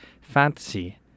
fantasy